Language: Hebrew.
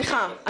סליחה,